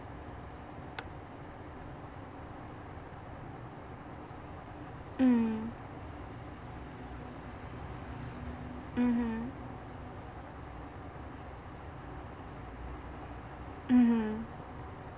mm mmhmm mmhmm